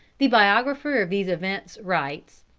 the biographer of these events writes